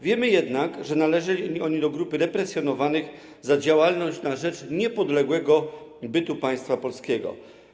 Wiemy jednak, że należeli oni do grupy represjonowanych za działalność na rzecz niepodległego bytu państwa polskiego.